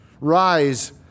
Rise